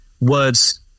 words